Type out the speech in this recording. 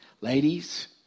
Ladies